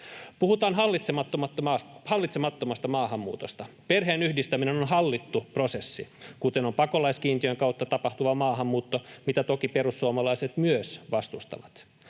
Puhutaan hallitsemattomasta maahanmuutosta. Perheenyhdistäminen on hallittu prosessi, kuten on pakolaiskiintiön kautta tapahtuva maahanmuutto, mitä toki perussuomalaiset myös vastustavat.